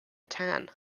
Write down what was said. tân